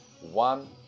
one